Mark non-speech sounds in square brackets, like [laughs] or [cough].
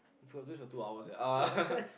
we've got to do this for two hours eh uh [laughs]